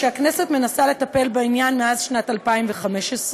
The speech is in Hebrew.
שהכנסת מנסה לטפל בעניין מאז שנת 2015,